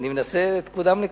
אני מנסה את כולם לקדם.